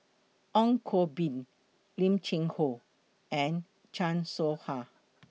Ong Koh Bee Lim Cheng Hoe and Chan Soh Ha